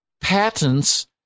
patents